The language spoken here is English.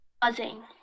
buzzing